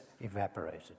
evaporated